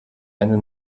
eine